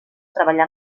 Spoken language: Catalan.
treballar